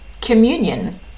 communion